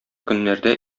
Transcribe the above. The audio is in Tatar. көннәрдә